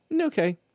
okay